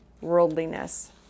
worldliness